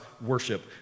worship